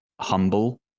humble